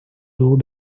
though